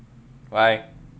why